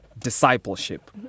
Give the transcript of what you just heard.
discipleship